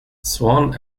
swann